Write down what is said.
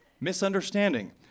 Misunderstanding